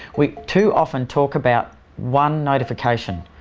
we too often talk about one notification.